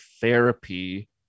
therapy